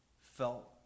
felt